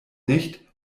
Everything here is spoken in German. nicht